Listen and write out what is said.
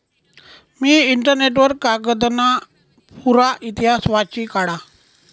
मी internet वर कागदना पुरा इतिहास वाची काढा